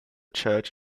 church